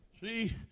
See